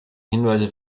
hinweise